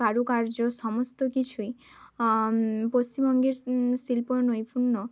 কারুকার্য সমস্ত কিছুই পশ্চিমবঙ্গের শিল্প নৈপুণ্য